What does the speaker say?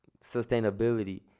sustainability